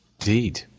Indeed